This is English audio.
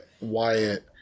Wyatt